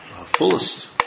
fullest